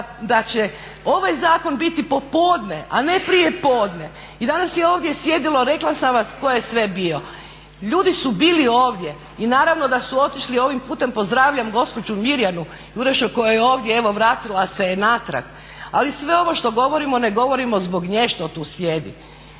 da će ovaj zakon biti popodne, a ne prijepodne. I danas je ovdje sjedilo rekla sam vam tko je sve bio. Ljudi su bili ovdje i naravno da su otišli. Ovim putem pozdravljam gospođu Mirjanu koja je ovdje, evo vratila se je natrag. Ali sve ovo što govorimo ne govorimo zbog nje što tu sjedi.